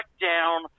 down